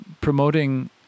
promoting